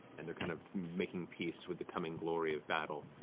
and they're kind of making peace with the coming glory of battle.